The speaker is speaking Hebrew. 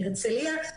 מהרצליה,